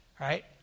right